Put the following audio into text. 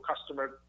customer